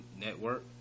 network